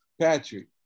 Patrick